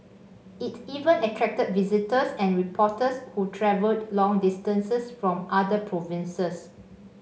it even attracted visitors and reporters who travelled long distances from other provinces